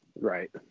Right